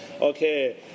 okay